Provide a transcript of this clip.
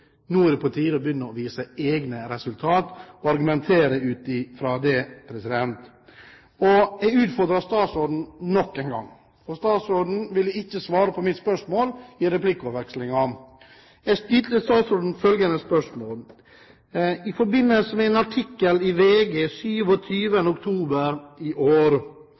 på tide å begynne å vise til egne resultater og argumentere ut fra det. Jeg utfordrer statsråden nok en gang, for statsråden ville ikke svare på mitt spørsmål i replikkordvekslingen. Jeg stilte statsråden følgende spørsmål: I forbindelse med en artikkel i VG 27. oktober i år